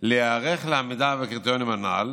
להיערך לעמידה בקריטריונים הנ"ל,